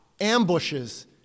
ambushes